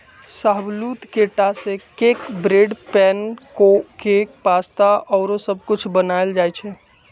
शाहबलूत के टा से cake, bread, pancake, pasta आउरो सब कुछ बनायल जाइ छइ